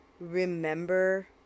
remember